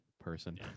person